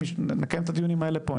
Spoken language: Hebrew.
נקיים את הדיונים האלה פה,